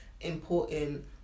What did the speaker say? important